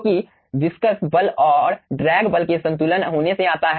जोकि विस्कस बल और ड्रैग बल के संतुलन होने से आता है